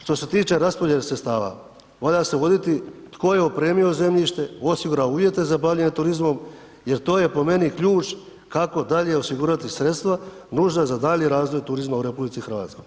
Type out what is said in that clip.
Što se tiče raspodjele sredstava, valja se voditi tko je opremio zemljište, osigurao uvjete za bavljenje turizmom jer to je po meni ključ kako dalje osigurati sredstva nužna za daljnji razvoj turizma u RH.